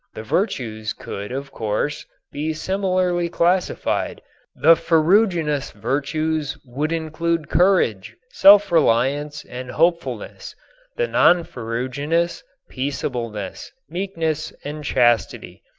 the virtues could, of course, be similarly classified the ferruginous virtues would include courage, self-reliance and hopefulness the non-ferruginous, peaceableness, meekness and chastity.